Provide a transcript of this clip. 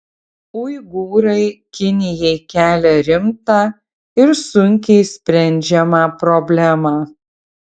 uigūrai kinijai kelia rimtą ir sunkiai sprendžiamą problemą